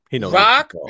Rock